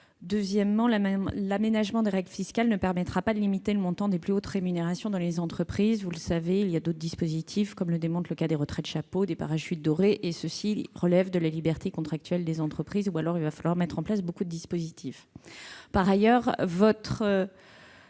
Ensuite, l'aménagement des règles fiscales ne permettra pas de limiter le montant des plus hautes rémunérations dans les entreprises, vous le savez, car il existe d'autres dispositifs, comme les retraites chapeaux, les parachutes dorés, lesquels relèvent de la liberté contractuelle des entreprises. Ou alors il va falloir mettre en place beaucoup de dispositifs ... Par ailleurs, votre